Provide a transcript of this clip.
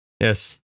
yes